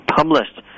published